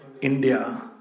India